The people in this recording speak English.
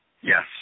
Yes